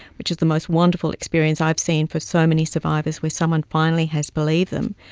which is the most wonderful experience i've seen for so many survivors where someone finally has believed them.